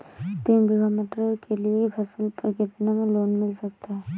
तीन बीघा मटर के लिए फसल पर कितना लोन मिल सकता है?